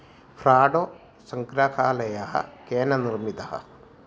फ़्राडो सङ्ग्रहालयः केन निर्मितः